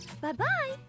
Bye-bye